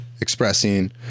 expressing